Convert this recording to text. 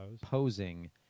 posing